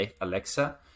Alexa